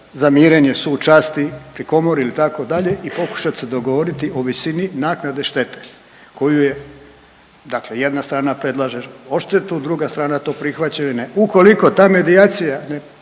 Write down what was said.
za mirenje, sud časti, pri komori, itd. i pokušati se dogovoriti o visini naknadi štete koju je, dakle jedna strana predlaže odštetu, druga strana to prihvaća ili ne. Ukoliko ta medijacija